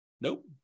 Nope